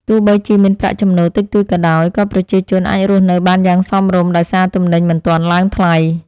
ទោះបីជាមានប្រាក់ចំណូលតិចតួចក៏ដោយ ក៏ប្រជាជនអាចរស់នៅបានយ៉ាងសមរម្យដោយសារទំនិញមិនទាន់ឡើងថ្លៃ។